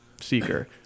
seeker